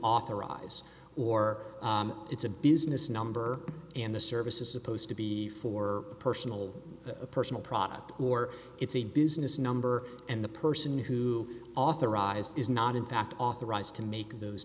authorize or it's a business number and the service is supposed to be for personal personal profit or it's a business number and the person who authorized is not in fact authorized to make those